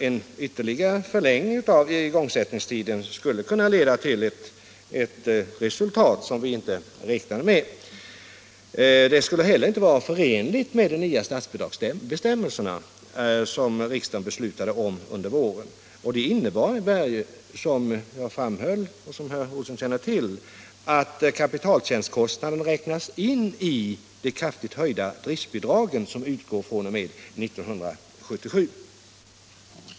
En ytterligare förlängning av igångsättningstiden skulle kunna leda till ett resultat som vi inte räknade med. Det skulle inte heller vara förenligt med de nya statsbidragsbestämmelserna, som riksdagen beslutade om under våren. De innebär, som jag framhöll och som herr Olsson känner till, att kapitaltjänstkostnaden räknas in i de kraftigt höjda driftbidrag som utgår fr.o.m. 1977.